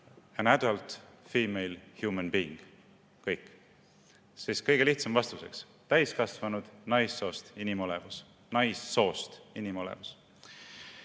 "An adult female human being." Kõik. Kõige lihtsam vastus, eks: täiskasvanud naissoost inimolevus. Naissoost inimolevus.